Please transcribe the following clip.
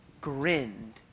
grinned